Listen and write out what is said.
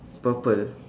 purple